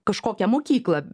kažkokią mokyklą